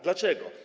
Dlaczego?